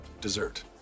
Dessert